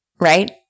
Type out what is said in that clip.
Right